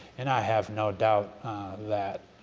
and i have no doubt that